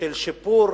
של שיפור